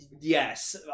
yes